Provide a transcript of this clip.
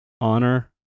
Honor